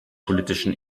politischen